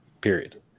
period